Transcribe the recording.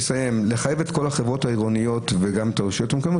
לחייב את כל החברות העירוניות וגם את הרשויות המקומיות